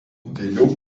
vėliau